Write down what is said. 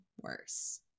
worse